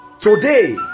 today